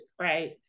right